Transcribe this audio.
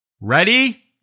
Ready